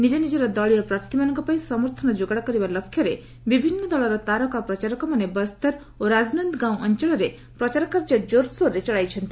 ନିଜ ନିଜର ଦଳୀୟ ପ୍ରାର୍ଥୀମାନଙ୍କ ପାଇଁ ସମର୍ଥନ ଯୋଗାଡ଼ କରିବା ଲକ୍ଷ୍ୟରେ ବିଭିନ୍ନ ଦଳର ତାରକା ପ୍ରଚାରକମାନେ ବସ୍ତର ଓ ରାଜନନ୍ଦଗାଓଁ ଅଞ୍ଚଳରେ ପ୍ରଚାର କାର୍ଯ୍ୟ କୋର୍ସୋର୍ରେ ଚଳାଇଛନ୍ତି